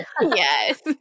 Yes